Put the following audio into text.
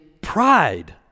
pride